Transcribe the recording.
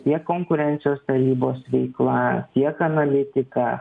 tiek konkurencijos tarybos veikla tiek analitika